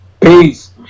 Peace